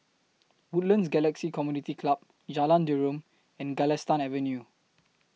Woodlands Galaxy Community Club Jalan Derum and Galistan Avenue